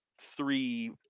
three